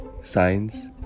science